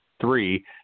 three